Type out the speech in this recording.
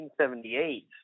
1978